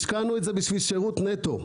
השקענו את זה בשביל שירות נטו.